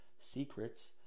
secrets